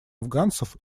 афганцев